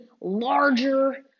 larger